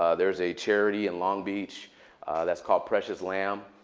ah there's a charity in long beach that's called precious lamb.